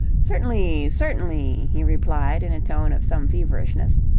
certainly, certainly, he replied in a tone of some feverishness.